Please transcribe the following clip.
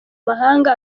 mahanga